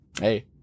Hey